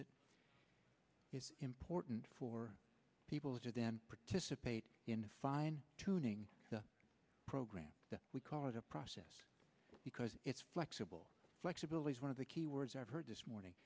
it is important for people to then participate in the fine tuning the program we call it a process because it's flexible flexible is one of the key words i've heard this morning